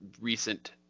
recent